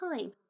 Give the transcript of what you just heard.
time